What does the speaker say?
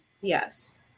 yes